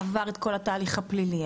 עבר את כל התהליך הפלילי,